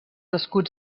escuts